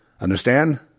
Understand